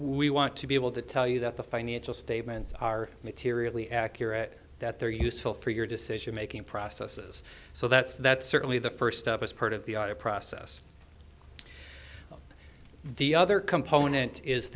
we want to be able to tell you that the financial statements are materially accurate that they're useful for your decision making processes so that's that certainly the first step is part of the audit process the other component is